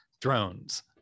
drones